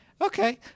Okay